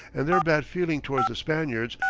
and their bad feeling towards the spaniards,